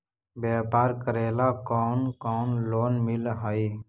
व्यापार करेला कौन कौन लोन मिल हइ?